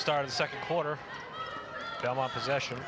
start the second quarter belmont possession